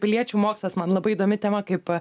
piliečių mokslas man labai įdomi tema kaip